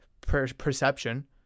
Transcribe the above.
perception